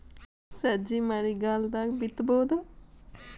ಸಜ್ಜಿ ಮಳಿಗಾಲ್ ದಾಗ್ ಬಿತಬೋದ?